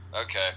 Okay